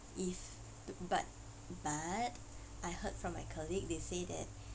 if but but I heard from my colleague they say that